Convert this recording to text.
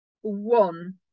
one